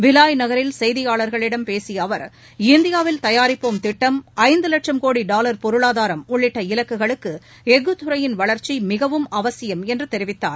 பிலாய் நகரில் செய்தியாளர்களிடம் பேசிய அவர் இந்தியாவில் தயாரிப்போம் திட்டம் ஐந்து லட்சும் கோடி டாவர் பொருளாதாரம் உள்ளிட்ட இலக்குகளுக்கு எஃகுத்துறையின் வளர்ச்சி மிகவும் அவசியம் என்று தெரிவித்தார்